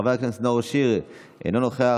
חבר הכנסת נאור שירי, אינו נוכח,